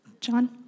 John